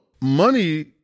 money